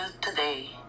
today